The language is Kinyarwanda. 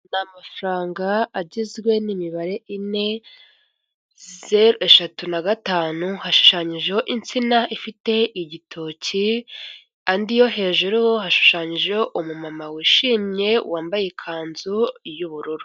Afaranga agizwe n'imibare ine, zeru eshatu na gatanu, hashushanyijeho insina ifite igitoki, andi yo hejuru yo hashushanyijeho umumama wishimye, wambaye ikanzu y'ubururu.